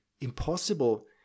impossible